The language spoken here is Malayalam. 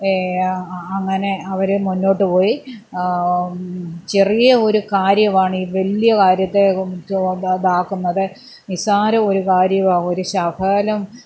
അങ്ങനെ അവർ മുന്നോട്ടുപോയി ചെറിയ ഒരു കാര്യമാണ് ഈ വലിയ കാര്യത്തെ ഇതാക്കുന്നത് നിസ്സാരമൊരു കാര്യമാണ് ഒരു ശകലം